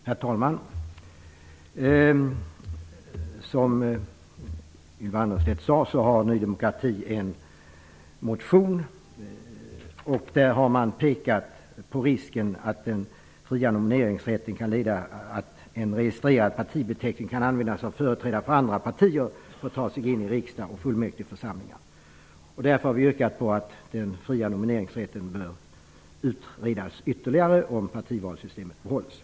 Herr talman! Som Ylva Annerstedt sade har Ny demokrati väckt en motion. I den har vi pekat på risken att den fria nomineringsrätten kan leda till att en registrerad partibeteckning kan användas av företrädare för andra partier för att de skall kunna ta sig in i riksdagen och i fullmäktigeförsamlingar. Därför har vi föreslagit att den fria nomineringsrätten ytterligare bör utredas om partivalssystemet behålls.